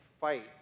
fight